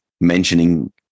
mentioning